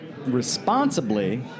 responsibly